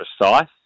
precise